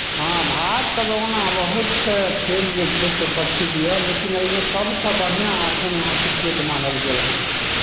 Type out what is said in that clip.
हँ भारतके तऽ ओना बहुत से खेल जे छै से प्रसिद्ध यए लेकिन एहिमे सभसँ बढ़िआँ एखन अहाँ क्रिकेट मानल गेल हेँ